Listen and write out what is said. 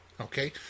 Okay